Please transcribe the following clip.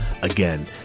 Again